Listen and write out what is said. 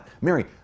Mary